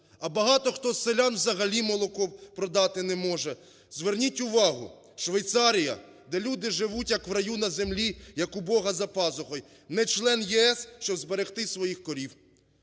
А багато хто з селян взагалі молоко продати не може. Зверніть увагу, Швейцарія, де люди живуть як в раю на землі, як у Бога за пазухою, не член ЄС, щоб зберегти своїх корів.